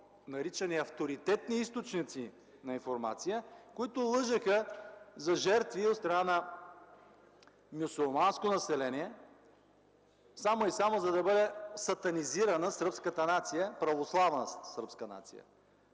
наричани авторитетни източници на информация, които лъжеха за жертви от страна на мюсюлманското население, само и само да бъде сатанизирана сръбската православна нация.